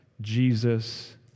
Jesus